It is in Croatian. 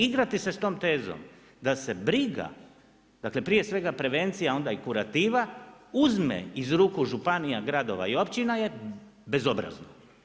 I igrati se s tom tezom da e briga, dakle prije svega prevencija onda i kurativa uzme iz ruku županija, gradova i općina je bezobrazno.